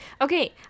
Okay